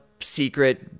secret